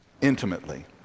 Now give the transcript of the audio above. intimately